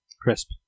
crisp